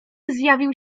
zjawił